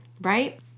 right